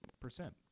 percent